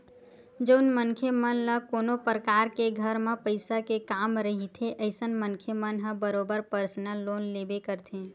जउन मनखे मन ल कोनो परकार के घर म पइसा के काम रहिथे अइसन मनखे मन ह बरोबर परसनल लोन लेबे करथे